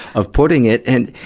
of putting it. and,